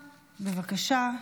בבקשה.